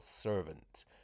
servant